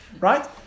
right